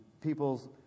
people's